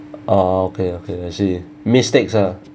ah okay okay I see mistakes ah